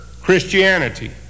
Christianity